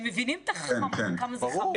הם מבינים כמה זה חמור.